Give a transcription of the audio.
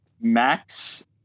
max